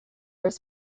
was